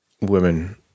women